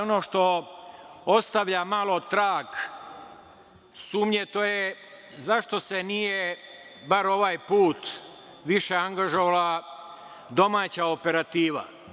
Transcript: Ono što ostavlja malo trag sumnje to je zašto se nije bar ovaj put više angažovala domaća operativa?